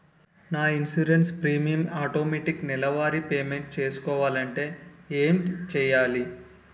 నా insurance premium automatic నెలవారి payment చేసుకోవాలంటే ఏంటి చేయాలి?